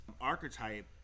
archetype